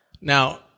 Now